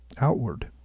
outward